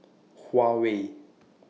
Huawei